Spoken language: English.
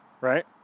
right